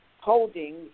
holding